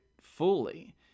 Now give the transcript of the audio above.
fully